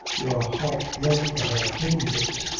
your heart bled for her, didn't it!